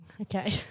okay